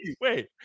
Wait